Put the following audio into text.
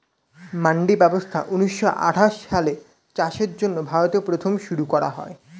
মান্ডি ব্যবস্থা ঊন্নিশো আঠাশ সালে চাষের জন্য ভারতে প্রথম শুরু করা হয়